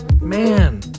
Man